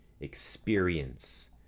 experience